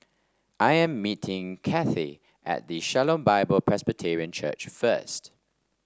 I am meeting Cathey at the Shalom Bible Presbyterian Church first